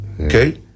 Okay